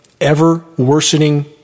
ever-worsening